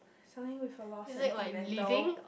something with a lot of sentimental